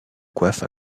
coiffe